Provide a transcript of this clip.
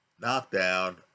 knockdown